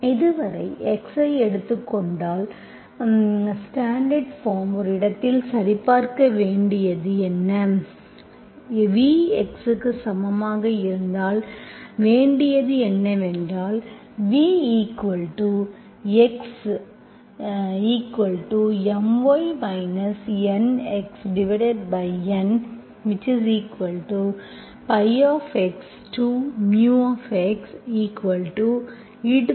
இதுவரை x ஐ எடுத்துக் கொண்டால் ஸ்டாண்டர்ட் பார்ம் ஒரு இடத்தில் சரிபார்க்க வேண்டியது என்ன v x க்கு சமமாக இருந்தால் வேண்டியது என்னவென்றால் vx→My NxN ϕ→μeϕdxdx